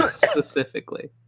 specifically